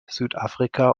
südafrika